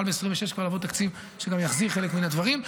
ב-2026 כבר להעביר תקציב שגם יחזיר חלק מהדברים.